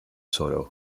soto